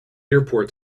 airport